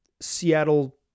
Seattle